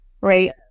Right